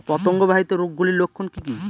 পতঙ্গ বাহিত রোগ গুলির লক্ষণ কি কি?